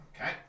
Okay